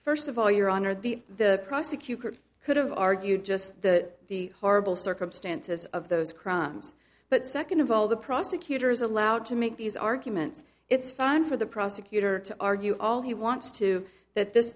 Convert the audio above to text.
first of all your honor the the prosecutors could have argued just that the horrible circumstances of those crimes but second of all the prosecutor is allowed to make these arguments it's fine for the prosecutor to argue all he wants to that this